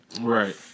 Right